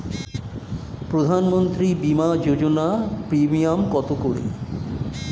প্রধানমন্ত্রী বিমা যোজনা প্রিমিয়াম কত করে?